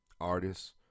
artists